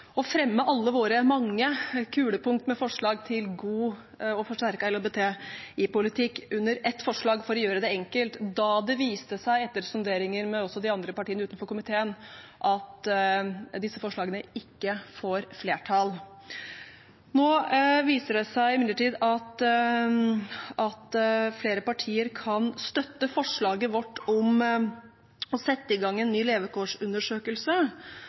fremme alle våre mange kulepunkter med forslag til god og forsterket LHBTI-politikk under ett forslag for å gjøre det enkelt, da det viste seg – etter sonderinger også med partiene utenfor komiteen – at disse forslagene ikke får flertall. Nå viser det seg imidlertid at flere partier kan støtte forslaget vårt om å sette i gang en ny